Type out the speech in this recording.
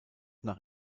nach